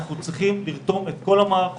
אנחנו צריכים לרתום את כל המערכות.